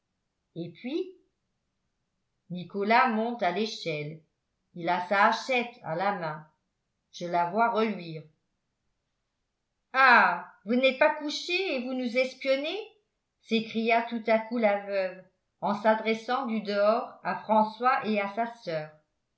et puis nicolas monte à l'échelle il a sa hachette à la main je la vois reluire ah vous n'êtes pas couchés et vous nous espionnez s'écria tout à coup la veuve en s'adressant du dehors à françois et